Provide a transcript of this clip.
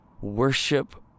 worship